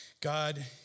God